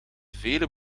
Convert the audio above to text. vele